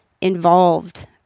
involved